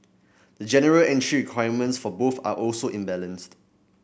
the general entry requirements for both are also imbalanced